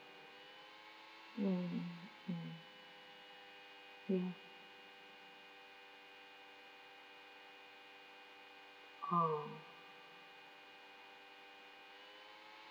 mm mm ya uh